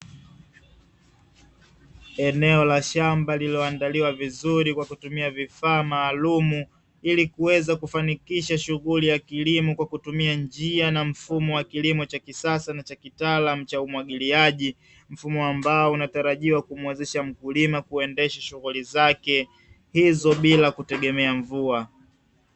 Eneo la shamba lililoandaliwa vizuri kwa kutumia vifaa maalumu, ili kuweza kufanikisha shughuli za kilimo kwa kutumia njia na mfumo wa kilimo cha kisasa na cha kitaalamu cha umwagiliaji; mfumo ambao unatarajiwa kumuwezesha mkulima kuendesha shughuli zake hizo bila kutegemea mvua.